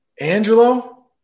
Angelo